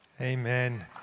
Amen